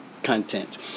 content